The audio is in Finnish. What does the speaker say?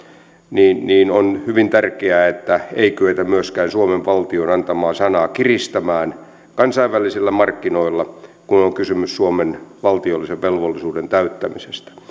niin niin on hyvin tärkeää että ei kyetä myöskään suomen valtion antamaa sanaa kiristämään kansainvälisillä markkinoilla kun on on kysymys suomen valtiollisen velvollisuuden täyttämisestä